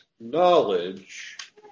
knowledge